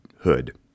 hood